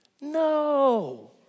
No